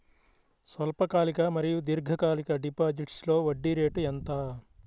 స్వల్పకాలిక మరియు దీర్ఘకాలిక డిపోజిట్స్లో వడ్డీ రేటు ఎంత?